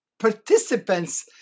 Participants